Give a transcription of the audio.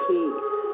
Peace